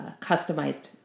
customized